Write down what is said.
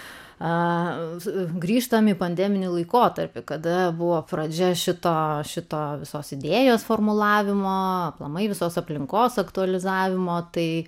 grįžtam į pandeminį laikotarpį kada buvo pradžia šito šito visos idėjos formulavimo aplamai visos aplinkos aktualizavimo tai